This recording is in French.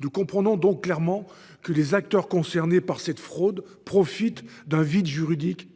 Nous comprenons donc clairement que les acteurs concernés par cette fraude profitent d'un vide juridique.